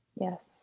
Yes